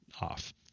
off